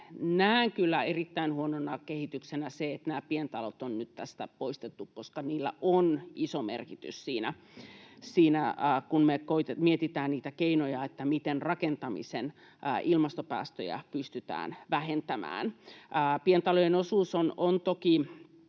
näen kyllä erittäin huonona kehityksenä sen, että pientalot on nyt tästä poistettu, koska niillä on iso merkitys siinä, kun me mietitään niitä keinoja, miten rakentamisen ilmastopäästöjä pystytään vähentämään. Pientalojen osuus on toki